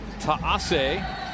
Taase